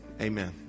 amen